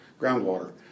Groundwater